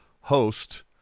host